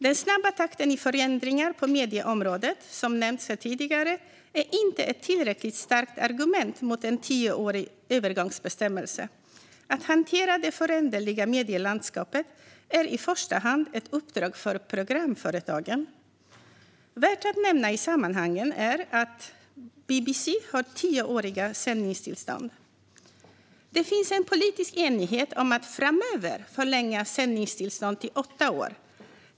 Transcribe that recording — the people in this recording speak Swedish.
Den snabba takten i förändringar på medieområdet, som nämnts här tidigare, är inte ett tillräckligt starkt argument mot en tioårig övergångsbestämmelse. Att hantera det föränderliga medielandskapet är i första hand ett uppdrag för programföretagen. Värt att nämna i sammanhanget är att BBC har tioåriga sändningstillstånd. Det finns en politisk enighet om att framöver förlänga sändningstillstånd till åtta år.